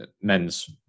men's